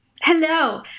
hello